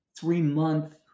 three-month